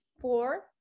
four